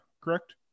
correct